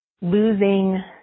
losing